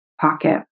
pocket